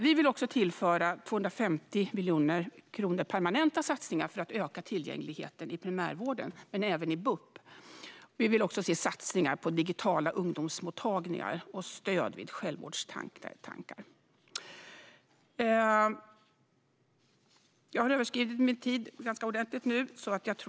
Vi vill också tillföra 250 miljoner kronor i permanenta satsningar för att öka tillgängligheten i primärvården och även i BUP. Vi vill också se satsningar på digitala ungdomsmottagningar och stöd vid självmordstankar.